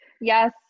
Yes